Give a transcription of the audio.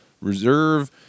Reserve